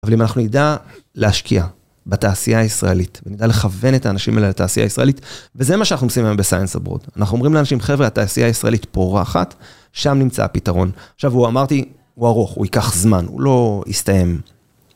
אבל אם אנחנו נדע להשקיע בתעשייה הישראלית, ונדע לכוון את האנשים האלה לתעשייה הישראלית, וזה מה שאנחנו עושים היום בסיינס הברוד. אנחנו אומרים לאנשים, חבר'ה, התעשייה הישראלית פורחת, שם נמצא הפתרון. עכשיו, הוא, אמרתי, הוא ארוך, הוא ייקח זמן, הוא לא יסתיים.